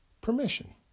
permission